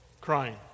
crying